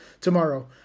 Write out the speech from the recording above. tomorrow